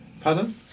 Pardon